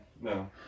No